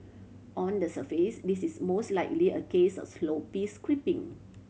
on the surface this is most likely a case of sloppy scripting